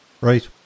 Right